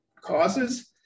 causes